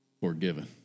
forgiven